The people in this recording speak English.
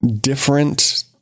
different